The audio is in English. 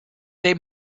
they